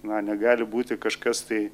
na negali būti kažkas tai